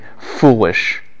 foolish